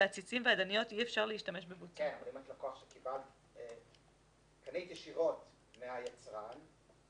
אם קניתי עציץ ישירות מהיצרן.